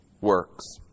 works